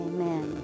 Amen